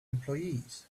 employees